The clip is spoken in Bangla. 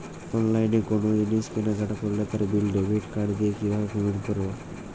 অনলাইনে কোনো জিনিস কেনাকাটা করলে তার বিল ডেবিট কার্ড দিয়ে কিভাবে পেমেন্ট করবো?